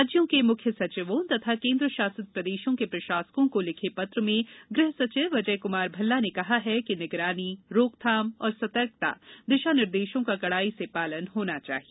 राज्यों के मुख्य सचिवों तथा केन्द्र शासित प्रदेशों के प्रशासकों को लिखे पत्र में गृह सचिव अजय कुमार भल्ला ने कहा है कि निगरानी रोकथाम और सतर्कता दिशा निर्देशों का कड़ाई से पालन होना चाहिए